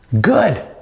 good